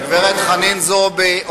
גברת חנין זועבי,